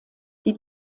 die